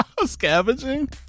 Scavenging